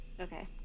okay